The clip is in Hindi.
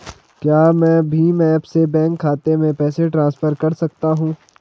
क्या मैं भीम ऐप से बैंक खाते में पैसे ट्रांसफर कर सकता हूँ?